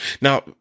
Now